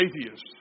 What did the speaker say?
Atheists